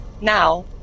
Now